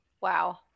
Wow